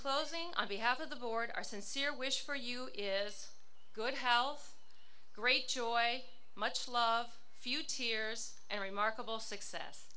closing on behalf of the board our sincere wish for you is good health great joy much love few tears and remarkable success